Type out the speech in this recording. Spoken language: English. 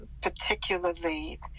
particularly